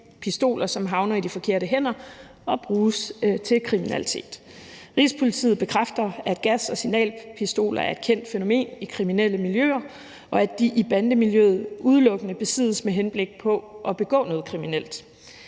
signalpistoler, som havner i de forkerte hænder, og som bruges til kriminalitet. Rigspolitiet bekræfter, at gas- og signalpistoler er et kendt fænomen i kriminelle miljøer, og at de i bandemiljøet udelukkende besiddes med henblik på at begå noget kriminelt.